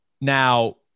Now